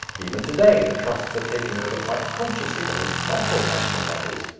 even to-day the trusts are taking over quite consciously the most vital national matters.